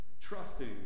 trusting